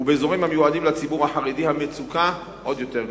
ובאזורים המיועדים לציבור החרדי המצוקה עוד יותר גדולה.